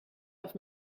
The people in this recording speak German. auf